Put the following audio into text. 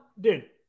dude